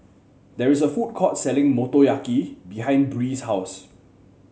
there is a food court selling Motoyaki behind Bree's house